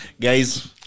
guys